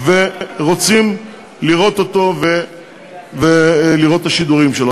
ורוצים לראות אותו ולראות את השידורים שלו.